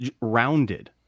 rounded